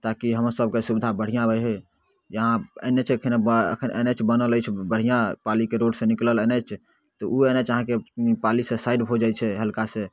ताकि हमर सभके सुविधा बढ़िआँ रहै इहाँ एन एच एखन एखन एन एच बनल अछि बढ़िआँ पालीके रोडसँ निकलल एन एच तऽ उ एन एच अहाँके पालीसँ साइड हो जाइ छै हल्कासँ